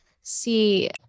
See